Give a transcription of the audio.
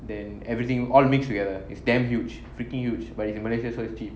then everything all mix together is damn huge freaking huge but it's in malaysia so it's cheap